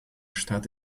stadt